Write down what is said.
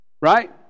Right